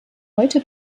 heute